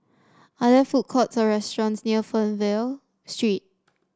are there food courts or restaurants near Fernvale Street